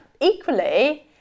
equally